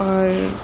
اور